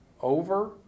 over